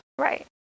Right